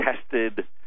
tested